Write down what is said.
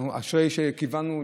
זה עכשיו עם ההצעה לסדר-היום שלך.